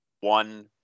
one